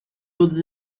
todos